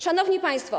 Szanowni Państwo!